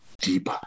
deep